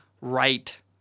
right